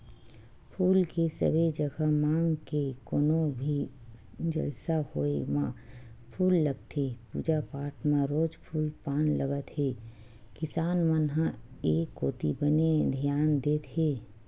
फूल के सबे जघा मांग हे कोनो भी जलसा होय म फूल लगथे पूजा पाठ म रोज फूल पान लगत हे किसान मन ह ए कोती बने धियान देत हे